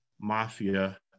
Mafia